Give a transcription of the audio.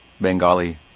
Bengali